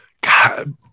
God